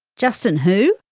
justin who?